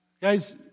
Guys